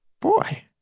boy